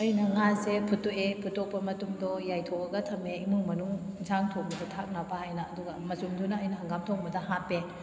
ꯑꯩꯅ ꯉꯥꯖꯦ ꯐꯨꯇꯣꯛꯑꯦ ꯐꯨꯠꯇꯣꯛꯄ ꯃꯇꯨꯝꯗꯣ ꯌꯥꯏꯊꯣꯛꯑꯒ ꯊꯦꯝꯃꯦ ꯏꯃꯨꯡ ꯃꯅꯨꯡ ꯏꯟꯁꯥꯡ ꯊꯣꯡꯕꯗ ꯊꯥꯛꯅꯕ ꯍꯥꯏꯅ ꯑꯗꯨꯒ ꯃꯆꯨꯝꯗꯨꯅ ꯑꯩꯅ ꯍꯪꯒꯥꯝ ꯊꯣꯡꯕꯗ ꯍꯥꯞꯄꯦ